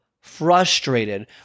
frustrated